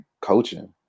coaching